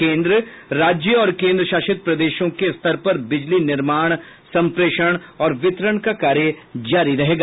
केंद्र राज्य और केंद्र शासित प्रदेशों के स्तर पर बिजली निर्माण संप्रेषण और वितरण का कार्य जारी रहेगा